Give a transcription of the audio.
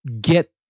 get